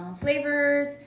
flavors